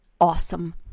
awesome